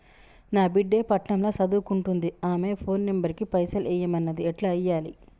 నా బిడ్డే పట్నం ల సదువుకుంటుంది ఆమె ఫోన్ నంబర్ కి పైసల్ ఎయ్యమన్నది ఎట్ల ఎయ్యాలి?